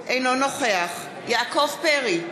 אינו נוכח יעקב פרי,